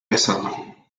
bestseller